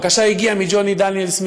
הבקשה הגיעה מג'וני דניאלס,